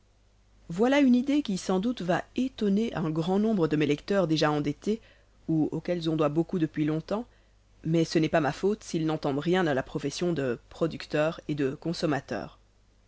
voilà une idée qui sans doute va étonner un grand nombre de mes lecteurs déjà endettés ou auxquels on doit beaucoup depuis long-temps mais ce n'est pas ma faute s'ils n'entendent rien à la profession de producteurs et de consommateurs